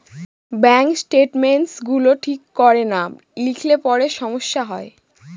bank statements গুলো ঠিক করে না লিখলে পরে সমস্যা হয়